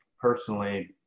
personally